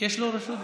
יש לו רשות דיבור.